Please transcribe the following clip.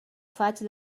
faig